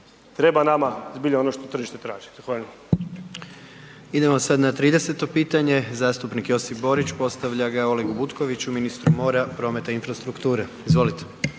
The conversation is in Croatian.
treba nama zbilja ono što tržište traži. Zahvaljujem. **Jandroković, Gordan (HDZ)** Idemo sada na 30. pitanje, zastupnik Josip Borić postavlja ga Olegu Butkoviću, ministru mora, prometa i infrastrukture. Izvolite.